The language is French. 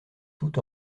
tout